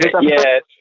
yes